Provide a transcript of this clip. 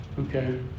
okay